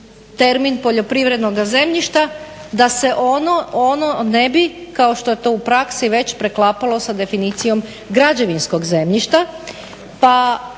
termin poljoprivrednog zemljišta da se ono ne bi kao što je to u praksi već preklapalo sa definicijom građevinskog zemljišta.